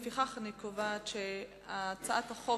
לפיכך אני קובעת שהבקשה אושרה והחוק